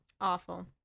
Awful